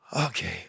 okay